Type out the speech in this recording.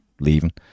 leaving